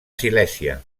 silèsia